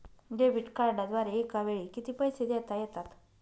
Debit कार्डद्वारे एकावेळी किती पैसे देता येतात?